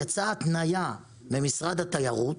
בכל זאת יצאה התניה ממשרד התיירות